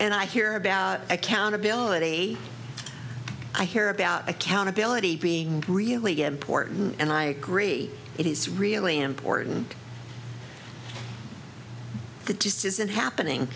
and i hear about accountability i hear about accountability being really important and i agree it is really important that just isn't happening